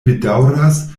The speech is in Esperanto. bedaŭras